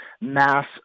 mass